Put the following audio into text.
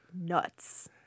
nuts